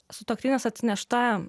sutuoktinės atsinešta